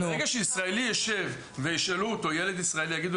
ברגע שילד ישראלי יישב וישאלו אותו ויגידו